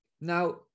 Now